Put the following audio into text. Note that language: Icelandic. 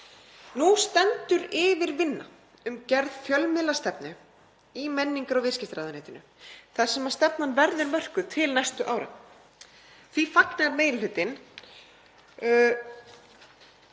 Nú stendur yfir vinna við gerð fjölmiðlastefnu í menningar- og viðskiptaráðuneyti þar sem stefna verður mörkuð til næstu ára. Þá fagnar meiri